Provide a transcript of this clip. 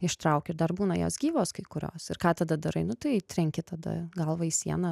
ištraukia ir dar būna jos gyvos kai kurios ir ką tada darai nu tai trenki tada galvą į sieną